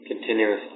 continuously